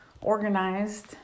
organized